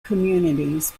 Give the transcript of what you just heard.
communities